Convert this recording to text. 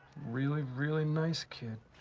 really, really nice kid.